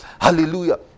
Hallelujah